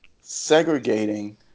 segregating